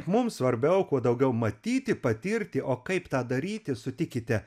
mums svarbiau kuo daugiau matyti patirti o kaip tą daryti sutikite